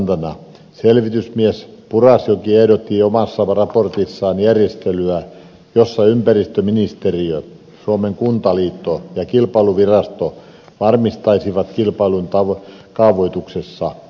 kahdeksanneksi selvitysmies purasjoki ehdotti raportissaan järjestelyä jossa ympäristöministeriö suomen kuntaliitto ja kilpailuvirasto varmistaisivat kilpailun kaavoituksessa